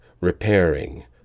repairing